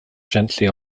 gently